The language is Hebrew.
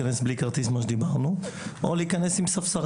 להיכנס ללא כרטיס או להיכנס עם ספסרים.